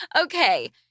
Okay